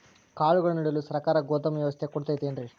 ಕಾಳುಗಳನ್ನುಇಡಲು ಸರಕಾರ ಗೋದಾಮು ವ್ಯವಸ್ಥೆ ಕೊಡತೈತೇನ್ರಿ?